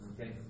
okay